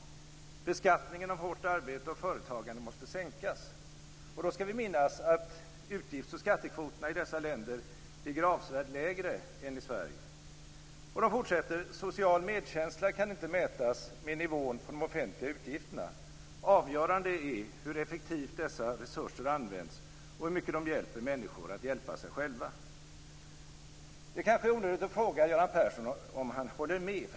Beskattningen av hårt arbete och företagande måste sänkas. Då skall vi minnas att utgifts och skattekvoterna i dessa länder ligger avsevärt lägre än i Sverige. De fortsätter: Social medkänsla kan inte mätas med nivån på de offentliga utgifterna. Avgörande är hur effektivt dessa resurser används och hur mycket de hjälper människor att hjälpa sig själva. Det kanske är onödigt att fråga Göran Persson om han håller med.